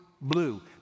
blue